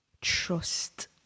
trust